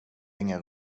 ingen